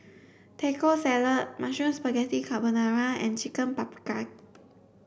Taco Salad Mushroom Spaghetti Carbonara and Chicken Paprikas